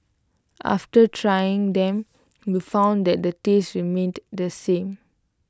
after trying them we found that the taste remained the same